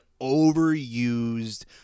overused